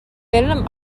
فلم